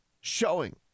showing